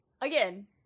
Again